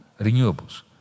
renewables